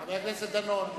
חבר הכנסת דנון.